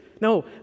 No